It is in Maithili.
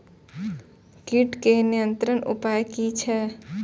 कीटके नियंत्रण उपाय कि छै?